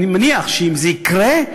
אני מניח שאם זה יקרה,